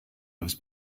loves